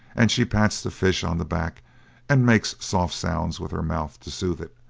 and she pats the fish on the back and makes soft sounds with her mouth to soothe it,